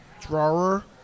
drawer